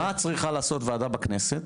מה צריכה לעשות וועדה בכנסת